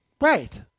Right